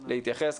להתייחס.